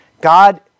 God